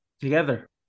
together